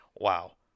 wow